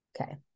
Okay